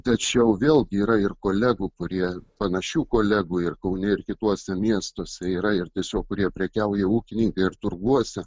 tačiau vėl yra ir kolegų kurie panašių kolegų ir kaune ir kituose miestuose yra ir tiesiog kurie prekiauja ūkininkai ir turguose